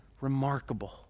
remarkable